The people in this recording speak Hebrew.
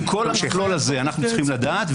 -- את כל המכלול הזה אנחנו צריכים לדעת,